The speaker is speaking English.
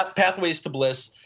ah pathway to bliss.